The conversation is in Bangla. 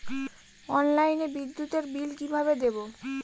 অনলাইনে বিদ্যুতের বিল কিভাবে দেব?